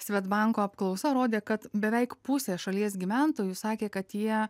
svedbanko apklausa rodė kad beveik pusė šalies gyventojų sakė kad jie